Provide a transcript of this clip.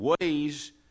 ways